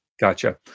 Gotcha